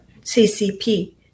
CCP